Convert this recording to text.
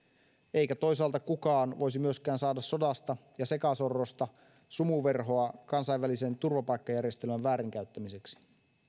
eikä toisaalta kukaan voisi myöskään saada sodasta ja sekasorrosta sumuverhoa kansainvälisen turvapaikkajärjestelmän väärinkäyttämiseksi